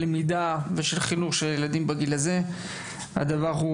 הלמידה של ילדים בגיל הזה והנתון הזה